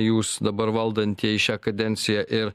jūs dabar valdantieji šią kadenciją ir